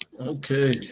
Okay